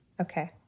Okay